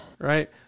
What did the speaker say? right